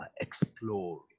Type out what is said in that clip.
explore